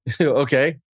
okay